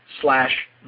slash